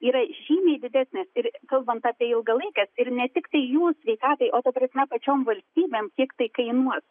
yra žymiai didesnės ir kalbant apie ilgalaikes ir ne tiktai jų sveikatai o ta prasme pačiom valstybėm kiek tai kainuos